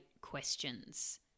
questions